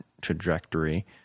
trajectory